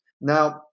Now